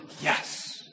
yes